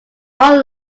all